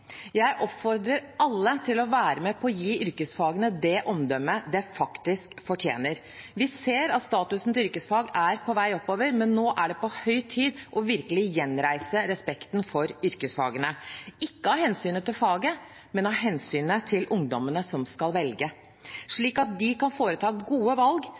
Jeg oppfordrer alle til å være med på å gi yrkesfagene det omdømmet de fortjener. Vi ser at statusen for yrkesfagene er på vei oppover, men nå er det på høy tid virkelig å gjenreise respekten for yrkesfagene – ikke av hensyn til fagene, men av hensyn til ungdommene som skal velge, slik at de kan foreta gode valg,